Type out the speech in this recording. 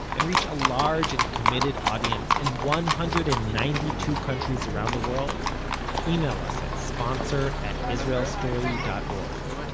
and reach a large and committed audience in one hundred and ninety two countries around the world email us at sponsor at israelstory dot o